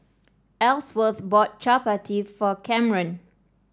Elsworth bought Chapati for Camren